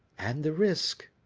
and the risk,